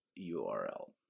URL